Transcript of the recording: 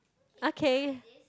okay